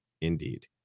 indeed